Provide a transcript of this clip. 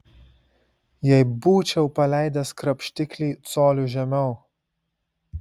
jei būčiau paleidęs krapštiklį coliu žemiau